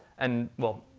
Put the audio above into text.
and well,